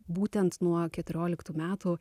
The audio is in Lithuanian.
būtent nuo keturioliktų metų